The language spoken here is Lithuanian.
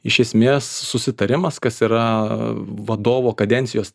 iš esmės susitarimas kas yra vadovo kadencijos